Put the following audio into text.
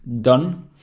done